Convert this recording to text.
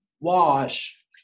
wash